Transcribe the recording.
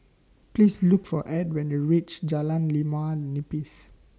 Please Look For Edd when YOU REACH Jalan Limau Nipis